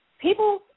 people